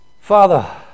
Father